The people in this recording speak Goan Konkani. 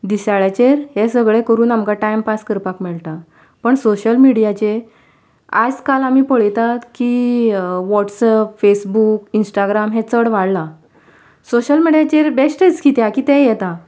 दिसाळ्याचेर हें सगळें करून टायम पास करपाक मेळटा पण सोशल मिडियाचेर आज काल आमी पळयतात की वॉट्सएप फेसबूक इंस्टाग्राम हे चड वाडलां सोशल मिडियाचेर बेश्टेच कित्या कितेंय येता